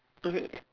okay wait